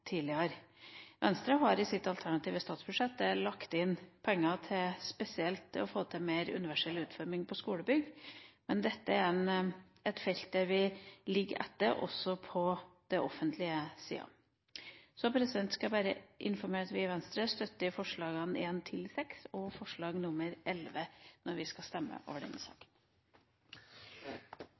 tidligere. Venstre har i sitt alternative statsbudsjett lagt inn penger til spesielt å få til mer universell utforming på skolebygg, men dette er et felt der vi ligger etter, også på den offentlige sida. Så skal jeg bare informere om at vi i Venstre støtter forslagene nr. 1–6 og forslag nr. 11 når vi skal stemme i denne